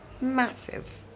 massive